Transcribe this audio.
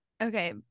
Okay